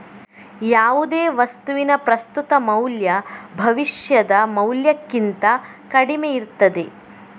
ಯಾವುದೇ ವಸ್ತುವಿನ ಪ್ರಸ್ತುತ ಮೌಲ್ಯ ಭವಿಷ್ಯದ ಮೌಲ್ಯಕ್ಕಿಂತ ಕಡಿಮೆ ಇರ್ತದೆ